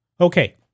Okay